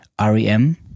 REM